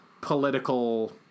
political